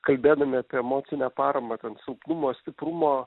kalbėdami apie emocinę paramą ten silpnumo stiprumo